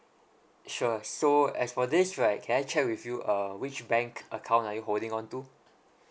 sure so as for this right can I check with you uh which bank account are you holding on to